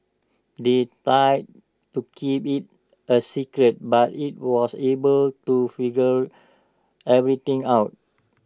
they to keep IT A secret but IT was able to figure everything out